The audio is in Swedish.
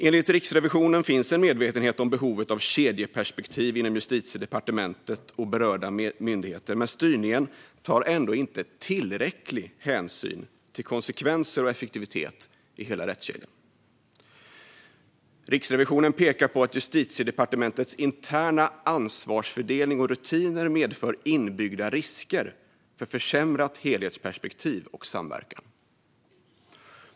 Enligt Riksrevisionen finns en medvetenhet om behovet av ett kedjeperspektiv inom Justitiedepartementet och berörda myndigheter, men styrningen tar ändå inte tillräcklig hänsyn till konsekvenser och effektivitet i hela rättskedjan. Riksrevisionen pekar på att Justitiedepartementets interna ansvarsfördelning och rutiner medför inbyggda risker för försämrat helhetsperspektiv och samverkan.